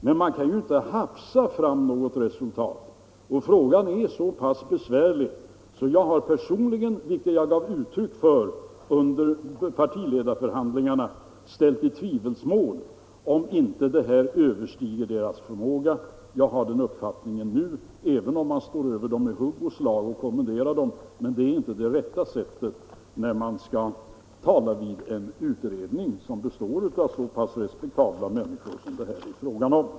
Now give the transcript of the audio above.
Men man kan ju inte hafsa fram något resultat, och frågan är så pass besvärlig att jag personligen, vilket jag gav uttryck för under partiledarförhandlingarna, ställt i tvivelsmål om inte det här överstiger skatteutredningens förmåga. Jag har den uppfattningen nu, och det även om man står över utredningsledamöterna, ger dem hugg och slag och kommenderar dem. Men det är inte det rätta sättet när man skall vända sig till en utredning som består av så pass respektabla människor som det här är fråga om.